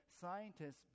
scientists